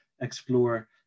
explore